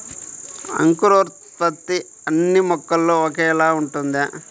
అంకురోత్పత్తి అన్నీ మొక్కల్లో ఒకేలా ఉంటుందా?